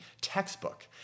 textbook